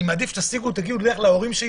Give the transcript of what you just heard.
אני מעדיף שתגיעו להורים שלי,